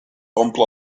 omple